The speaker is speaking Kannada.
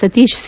ಸತೀಶ್ ಸಿ